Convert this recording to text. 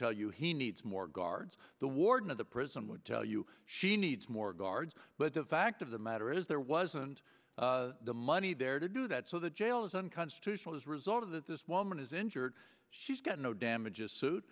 tell you he needs more guards the warden of the prison would tell you she needs more guards but the fact of the matter is there wasn't the money there to do that so the jail is unconstitutional as a result of that this woman is injured she's got no damages suit